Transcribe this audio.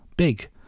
Big